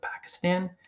Pakistan